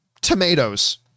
tomatoes